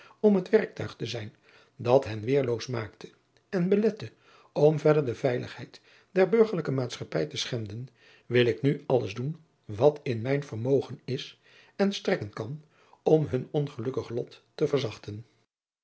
om het werktuig te zijn dat hen weerloos maakte en belette om verder de veiligheid der urgerlijke aatschappij te schenden wil ik nu alles doen wat in mijn vermogen is en strekken kan om hun ongelukkig lot te verzachten